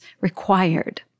required